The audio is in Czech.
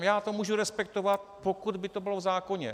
Já to můžu respektovat, pokud by to bylo v zákoně.